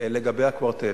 לגבי הקוורטט.